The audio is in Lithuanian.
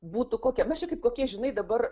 būtų kokia mes čia kaip kokie žinai dabar